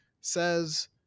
says